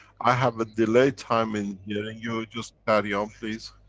i have a delay time in hearing you. just carry on please.